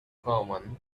common